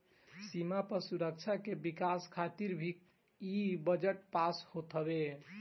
सीमा पअ सुरक्षा के विकास खातिर भी इ बजट पास होत हवे